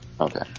Okay